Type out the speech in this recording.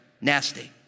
Nasty